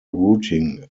routine